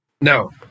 No